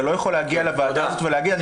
אתה לא יכול להגיע לוועדה ולהגיד אני